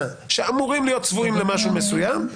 שאמורים להיות צבועים למשהו מסוים,